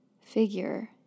figure